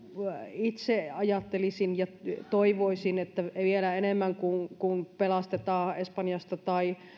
itse toivoisin että vielä enemmän kuin mitä pelastetaan espanjasta tai